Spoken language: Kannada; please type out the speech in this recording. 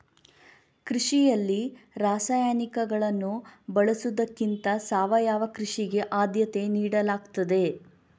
ಕೃಷಿಯಲ್ಲಿ ರಾಸಾಯನಿಕಗಳನ್ನು ಬಳಸುವುದಕ್ಕಿಂತ ಸಾವಯವ ಕೃಷಿಗೆ ಆದ್ಯತೆ ನೀಡಲಾಗ್ತದೆ